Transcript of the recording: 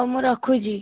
ହଉ ମୁଁ ରଖୁଛି